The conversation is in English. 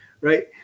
Right